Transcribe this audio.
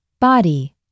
Body